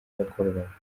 yakoreraga